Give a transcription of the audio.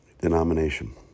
denomination